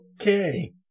Okay